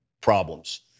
problems